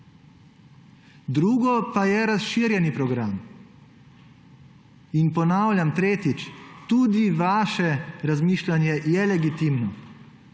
Drugo pa je razširjeni program. In ponavljam, tretjič, tudi vaše razmišljanje je legitimno,